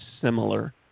similar